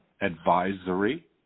Advisory